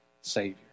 Savior